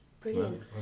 Brilliant